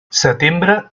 setembre